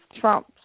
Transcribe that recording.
Trump